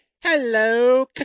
Hello